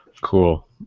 Cool